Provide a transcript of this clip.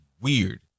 weird